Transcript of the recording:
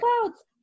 clouds